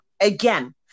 again